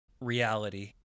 reality